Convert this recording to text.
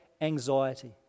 anxiety